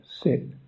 Sit